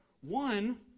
one